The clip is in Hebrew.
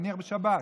נניח בשבת,